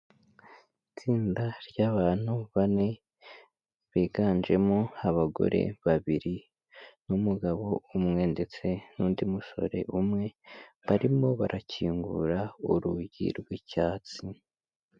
Itsinda ry'abantu bane biganjemo abagore babiri n'umugabo umwe ndetse n'undi musore umwe, barimo barakingura urugi rw'icyatsi.